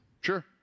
Sure